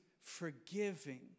forgiving